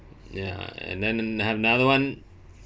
ya and then and I have another [one]